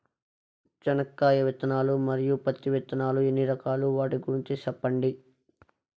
చెనక్కాయ విత్తనాలు, మరియు పత్తి విత్తనాలు ఎన్ని రకాలు వాటి గురించి సెప్పండి?